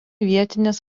vietinės